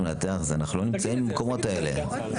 אנחנו לא נמצאים במקומות האלה,